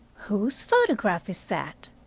whose photograph is that?